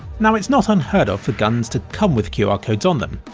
now it's not unheard of for guns to come with qr codes on them.